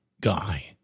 guy